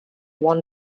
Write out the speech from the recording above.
one